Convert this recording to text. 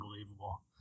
unbelievable